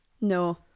no